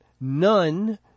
none